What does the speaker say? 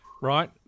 right